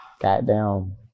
Goddamn